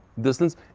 distance